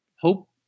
hope